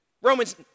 Romans